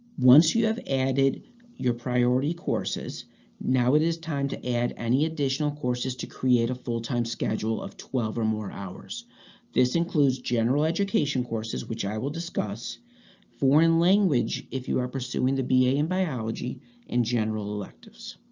once you have added your priority courses now it is time to add any additional courses to create a full time schedule of twelve or more hours this includes general education courses which i will discuss foreign language if you are pursuing the b a. in biology and general electives